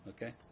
Okay